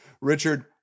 Richard